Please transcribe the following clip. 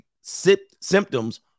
symptoms